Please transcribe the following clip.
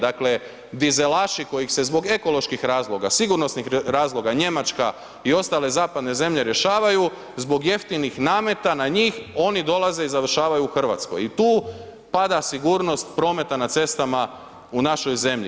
Dakle dizelaši kojih se zbog ekoloških razloga, sigurnosnih razloga Njemačka i ostale zemlje rješavaju zbog jeftinih nameta na njih oni dolaze i završavaju u Hrvatskoj i tu pada sigurnost prometa na cestama u našoj zemlji.